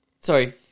Sorry